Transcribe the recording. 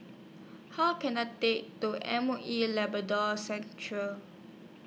How Can I Take to M O E Labrador Central